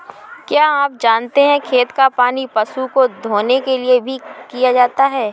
क्या आप जानते है खेत का पानी पशु को धोने के लिए भी किया जाता है?